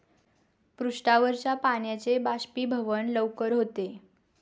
पृष्ठावरच्या पाण्याचे बाष्पीभवन लवकर होते